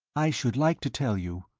i should like to tell you,